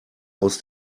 aus